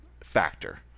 factor